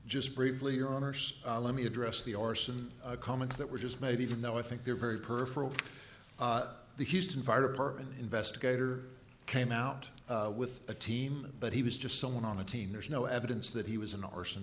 just briefly your honor sir let me address the arson comments that were just made even though i think they're very perfect the houston fire department investigator came out with a team but he was just someone on a team there's no evidence that he was an a